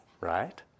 right